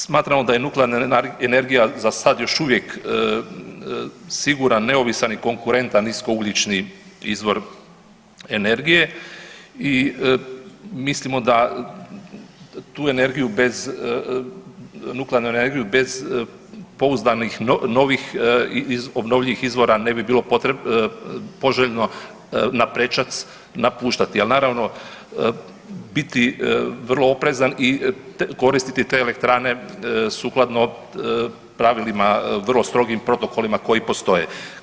Smatramo da je nuklearna energija za sad još uvijek siguran, neovisan i konkurentan niskougljični izvor energije i mislimo da tu energiju bez, nuklearnu energiju bez pouzdanih novih obnovljivih izvora ne bi bilo poželjno naprečac napuštati, al naravno biti vrlo oprezan i koristiti te elektrane sukladno pravilima vrlo strogim protokolima koji postoje.